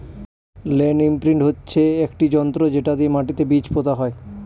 land imprint হচ্ছে একটি যন্ত্র যেটা দিয়ে মাটিতে বীজ পোতা হয়